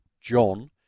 John